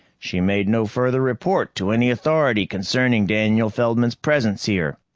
she made no further report to any authority concerning daniel feldman's presence here.